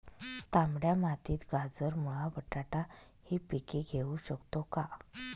तांबड्या मातीत गाजर, मुळा, बटाटा हि पिके घेऊ शकतो का?